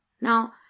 Now